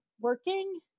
working